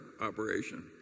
operation